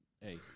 hey